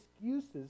excuses